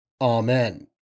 Amen